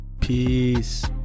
peace